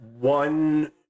one